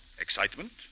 excitement